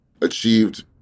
achieved